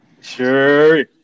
Sure